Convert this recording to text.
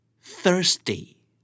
thirsty